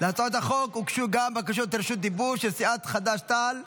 להצעת החוק הוגשו גם בקשות רשות דיבור של סיעת חד"ש-תע"ל.